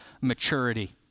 maturity